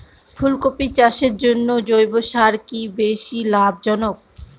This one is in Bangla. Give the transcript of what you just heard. ফুলকপি চাষের জন্য জৈব সার কি বেশী লাভজনক?